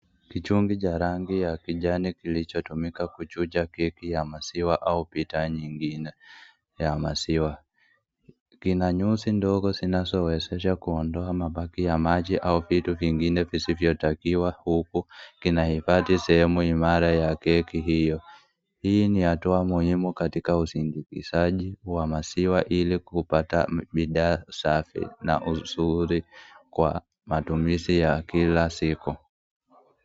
Kichungi cha rangi ya kijani kilichotumika kuchuja keki ya maziwa au bidhaa nyingine ya maziwa .Kina nyuzi ndogo zinazowezesha kuondoa mabaki ya maji au vitu vingine visivyotakiwa huku, kinahifadhi sehemu imara ya keki hiyo .Hii ni hatua muhimu katika usindikizaji wa maziwa ili kupata bidhaa safi na nzuri kwa matumizi ya kila siku.